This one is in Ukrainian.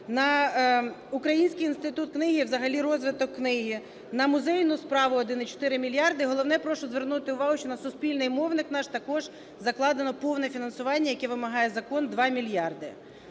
на Український інститут книги і взагалі розвиток книги; на музейну справу – 1,4 мільярда. Головне, прошу звернути увагу, що на суспільний мовник наш також закладено повне фінансування, яке вимагає закон, – 2 мільярди.